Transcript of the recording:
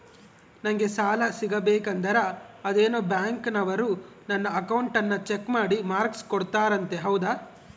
ನಂಗೆ ಸಾಲ ಸಿಗಬೇಕಂದರ ಅದೇನೋ ಬ್ಯಾಂಕನವರು ನನ್ನ ಅಕೌಂಟನ್ನ ಚೆಕ್ ಮಾಡಿ ಮಾರ್ಕ್ಸ್ ಕೋಡ್ತಾರಂತೆ ಹೌದಾ?